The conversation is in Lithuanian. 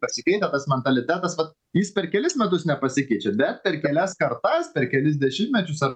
pasikeitę tas mentalitetas va jis per kelis metus nepasikeičia bet per kelias kartas per kelis dešimtmečius ar